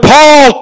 Paul